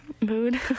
mood